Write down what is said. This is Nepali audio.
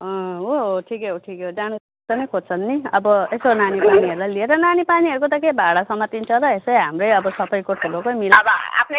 हो हो ठिकै हो ठिकै हो जानु सँगैै खोज्छन् नि अब यसो नानीसानीहरूलाई लिएर नानीपानीहरूको त के भाडासँग तिनवटा यसै हाम्रै अब सबैको ठुलोकोई मिला